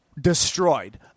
destroyed